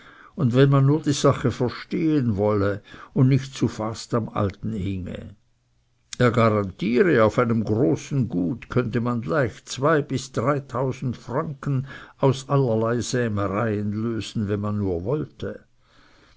wäre wenn man nur die sache verstehen wollte und nicht zu fast am alten hinge er garantiere auf einem großen gut könnte man leicht zwei bis dreitausend pfund aus allerlei sämereien lösen wenn man nur wollte